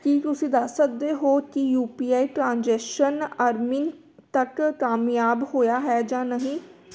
ਕੀ ਤੁਸੀਂਂ ਦੱਸ ਸਕਦੇ ਹੋ ਕਿ ਯੂ ਪੀ ਆਈ ਟਰਾਂਜੈਕਸ਼ਨ ਅਰਮਿਨ ਤੱਕ ਕਾਮਯਾਬ ਹੋਇਆ ਹੈ ਜਾਂ ਨਹੀਂ